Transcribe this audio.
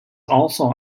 also